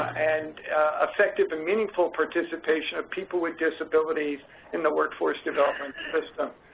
and affective and meaningful participation of people with disabilities in the workforce development system.